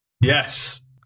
Yes